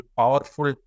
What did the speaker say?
powerful